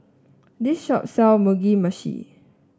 this shop sells Mugi Meshi